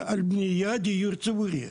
על בניית דיור ציבורי,